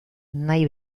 nahi